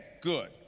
good